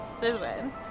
decision